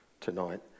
tonight